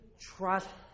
trust